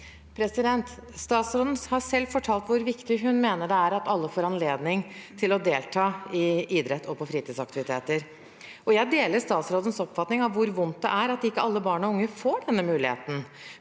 til. Statsråden har selv fortalt hvor viktig hun mener det er at alle får anledning til å delta i idrett og fritidsaktiviteter. Jeg deler statsrådens oppfatning av hvor vondt det er at ikke alle barn og unge får denne muligheten